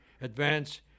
advance